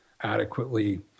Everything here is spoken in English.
adequately